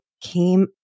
came